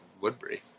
Woodbury